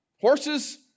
Horses